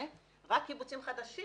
רק קיבוצים חדשים,